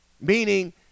meaning